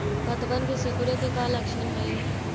पत्तबन के सिकुड़े के का लक्षण हई?